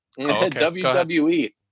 WWE